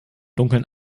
dunkeln